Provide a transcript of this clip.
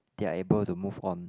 they're able to move on